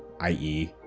i e,